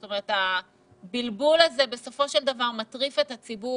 בסופו של דבר, הבלבול הזה מטריף את הציבור.